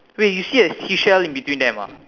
wait you see a seashell in between them ah